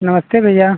नमस्ते भैया